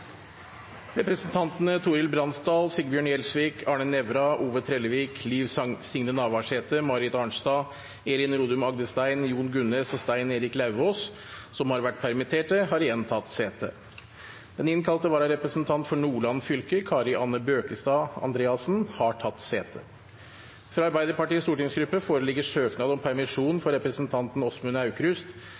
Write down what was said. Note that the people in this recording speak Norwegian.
Representantene Torhild Bransdal , Sigbjørn Gjelsvik , Arne Nævra , Ove Trellevik , Liv Signe Navarsete , Marit Arnstad , Elin Rodum Agdestein , Jon Gunnes og Stein Erik Lauvås , som har vært permittert, har igjen tatt sete. Den innkalte vararepresentant for Nordland fylke, Kari Anne Bøkestad Andreassen , har tatt sete. Fra Arbeiderpartiets stortingsgruppe foreligger søknad om permisjon for representanten Åsmund Aukrust